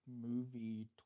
movie